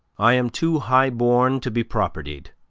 i am too high born to be propertied,